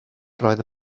roedd